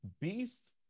Beast